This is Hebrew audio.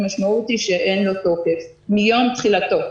המשמעות היא שאין לו תוקף מיום תחילתו.